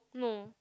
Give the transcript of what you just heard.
no